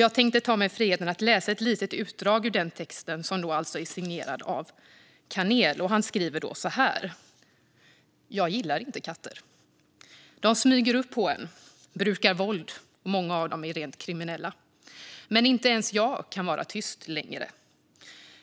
Jag tänkte ta mig friheten att läsa ett litet utdrag ur den texten, som alltså är signerad av Kanel. Han skriver så här: Jag gillar inte katter. De smyger upp på en, brukar våld, och många av dem är rent kriminella. Men inte ens jag kan vara tyst längre.